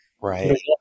Right